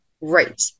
Right